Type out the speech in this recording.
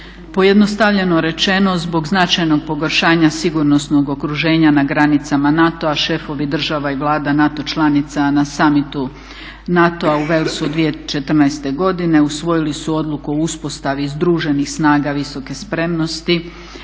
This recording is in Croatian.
Pojednostavljeno rečeno zbog značajnog pogoršanja sigurnosnog okruženja na granicama NATO-a šefovi država i vlada NATO članica na summitu u Wales 2014.godine usvojili su Odluku o uspostavi združenih snaga visoke spremnosti